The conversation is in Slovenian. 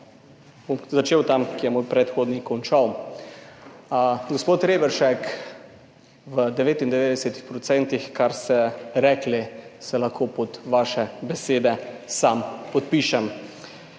začel tam, kjer je moj predhodnik končal. Gospod Reberšek, v 99 % kar ste rekli, se lahko pod vaše besede sam podpišem.